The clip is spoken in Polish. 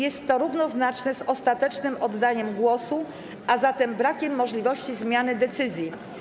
Jest to równoznaczne z ostatecznym oddaniem głosu, a zatem brakiem możliwości zmiany decyzji.